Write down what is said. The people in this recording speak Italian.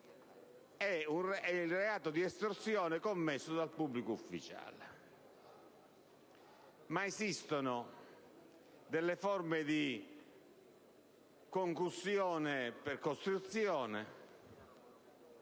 è il reato di estorsione commesso dal pubblico ufficiale, ma esistono delle forme di concussione per costrizione